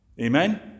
Amen